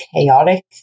chaotic